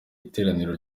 iteraniro